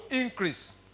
increase